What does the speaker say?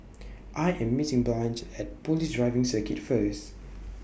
I Am meeting Blanch At Police Driving Circuit First